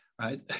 right